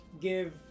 give